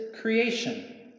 creation